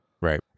Right